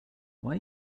why